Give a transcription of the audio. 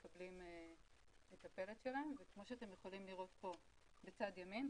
מקבלים את הפלט שלהם וכמו שאתם יכולים לראות בצד ימין,